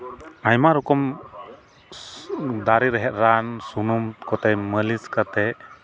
ᱟᱭᱢᱟ ᱨᱚᱠᱚᱢ ᱫᱟᱨᱮ ᱨᱮᱦᱮᱫ ᱨᱟᱱ ᱥᱩᱱᱩᱢ ᱠᱚᱛᱮ ᱢᱟᱹᱞᱤᱥ ᱠᱟᱛᱮᱫ